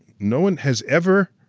no one has ever